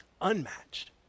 Unmatched